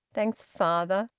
thanks, father,